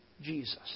Jesus